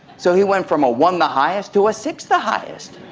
so he went from a one the highest to a six the highest.